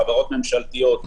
חברות ממשלתיות,